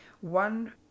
one